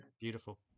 beautiful